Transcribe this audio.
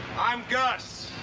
i'm gus.